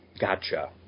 Gotcha